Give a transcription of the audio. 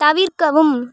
தவிர்க்கவும்